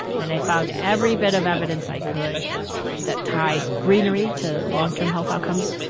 and i found every bit of evidence i could that tied greenery to long-term health outcomes.